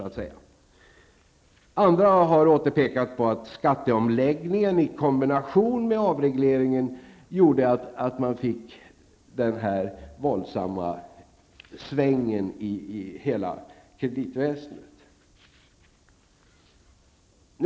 Andra åter har pekat på att skatteomläggningen i kombination med avregleringen gjorde att man fick den här våldsamma svängen i hela kreditväsendet.